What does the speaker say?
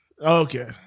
Okay